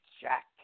Jack